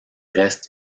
reste